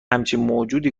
موجودی